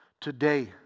today